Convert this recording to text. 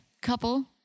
couple